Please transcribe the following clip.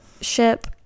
ship